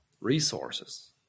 resources